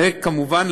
וכמובן,